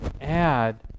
add